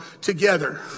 together